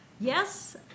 Yes